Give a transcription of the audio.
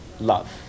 love